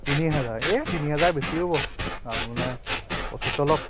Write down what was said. তিনি হাজাৰ এহ্ তিনি হাজাৰ বেছি হ'ব আপোনাৰ পঁচিছশ লওক